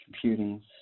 computing